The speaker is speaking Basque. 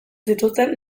zituzten